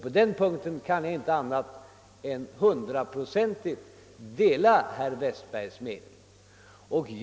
På den punkten kan jag inte annat än hundraprocentigt dela herr Westbergs mening.